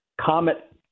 comet